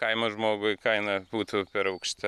kaimo žmogui kaina būtų per aukšta